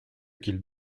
qu’ils